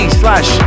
slash